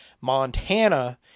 Montana